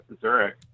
Zurich